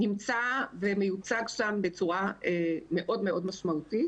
נמצא ומיוצג שם בצורה מאוד מאוד משמעותית.